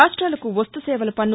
రాష్ట్రాలకు వస్తు సేవల పన్ను